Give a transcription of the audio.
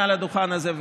מעל הדוכן הזה,